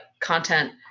content